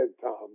Tom